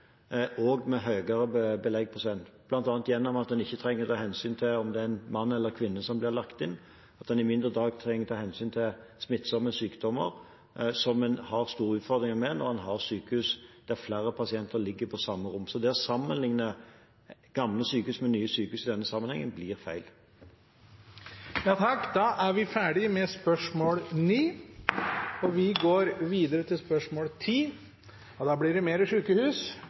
med en høyere beleggsprosent, bl.a. gjennom at en ikke trenger å ta hensyn til om det er en mann eller en kvinne som blir lagt inn, og ved at en i mindre grad trenger å ta hensyn til smittsomme sykdommer, som en har store utfordringer med når en har sykehus der flere pasienter ligger på samme rom. Så det å sammenligne gamle sykehus med nye sykehus blir feil i denne sammenhengen.